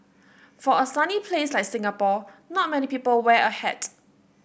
for a sunny place like Singapore not many people wear a hat